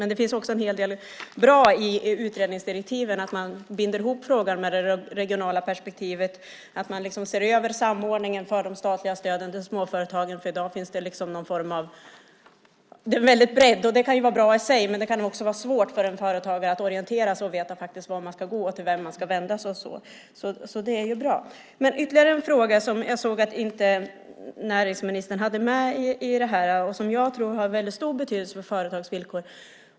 Men det finns också en hel del bra i utredningsdirektiven, till exempel att man binder ihop frågan med det regionala perspektivet och ser över samordningen av de statliga stöden till småföretagen. I dag finns där en väldig bredd. I sig kan det vara bra, men det kan också vara svårt för en företagare att orientera sig och veta vart han eller hon ska vända sig och så. Det finns ytterligare en fråga som jag sett att näringsministern inte har med här men som jag tror har en väldigt stor betydelse för företagens villkor.